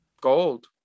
gold